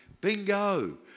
bingo